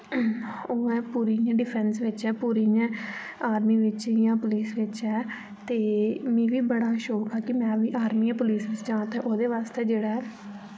ओह् ऐ पुरी इ'यां डिफेंस बिच्च ऐ पुरी इ'यां आर्मी बिच्च जां पुलिस बिच्च ऐ ते मी बी बड़ा शौक हा कि में बी आर्मी जां पुलिस बिच्च जां ते ओह्दे वास्तै जेह्ड़ा ऐ